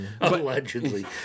Allegedly